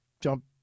jump